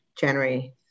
January